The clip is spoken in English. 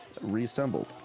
reassembled